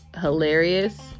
hilarious